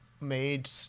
made